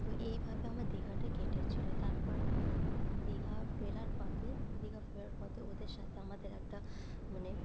তো এইভাবে আমার দীঘাটা কেটেছিলো তারপর দীঘা ফেরার পথে দীঘা ফেরার পথে ওদের সাথে আমাদের একটা মানে